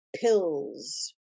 pills